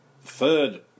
third